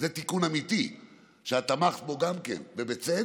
זה תיקון אמיתי שגם את תמכת בו, ובצדק.